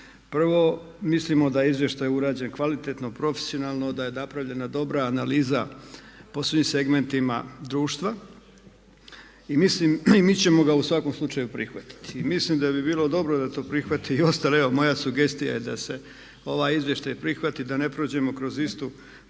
Prvo, mislimo da je izvještaj urađen kvalitetno, profesionalno, da je napravljena dobra analiza po svim segmentima društva i mi ćemo ga u svakom slučaju prihvatiti. Mislim da bi bilo dobro da to prihvate i ostali, evo moja sugestija je da se ovaj izvještaj prihvati, da ne prođemo kroz istu